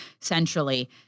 centrally